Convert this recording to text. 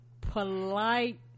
polite